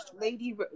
lady